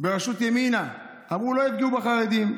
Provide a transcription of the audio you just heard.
ראשות ימינה אמרו: לא יפגעו בחרדים.